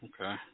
Okay